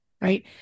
Right